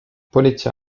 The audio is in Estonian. politsei